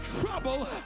trouble